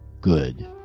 good